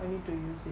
I need to use it